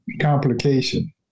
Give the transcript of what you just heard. Complication